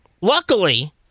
Luckily